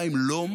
בא עם לום,